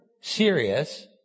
serious